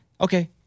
okay